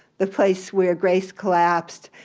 the place where grace collapsed,